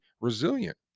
resilient